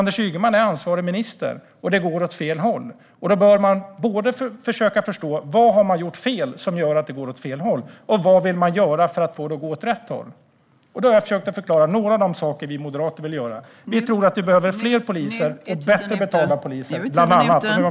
Anders Ygeman är ansvarig minister, och det går åt fel håll. Då bör han både försöka förstå vad han har gjort fel, eftersom det går åt fel håll, och tala om vad han vill göra för att få det att gå åt rätt håll. Jag har försökt förklara några av de saker vi moderater vill göra, och vi tror att det bland annat behövs fler och bättre betalda poliser.